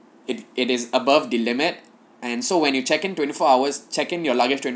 it it is above the limit and so when you check in twenty four hours check in your luggage